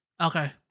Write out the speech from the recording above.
Okay